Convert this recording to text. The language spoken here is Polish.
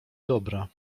dobra